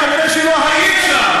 אם את חושבת כך, כנראה לא היית שם.